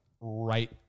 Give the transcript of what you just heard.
right